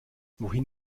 wohin